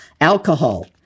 Alcohol